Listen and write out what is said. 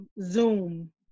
zoom